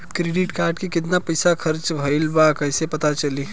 Credit card के कितना पइसा खर्चा भईल बा कैसे पता चली?